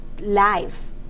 life